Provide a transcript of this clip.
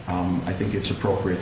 i think it's appropriate